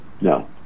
No